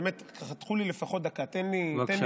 באמת, חתכו לי לפחות דקה, תן לי לדבר.